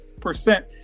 percent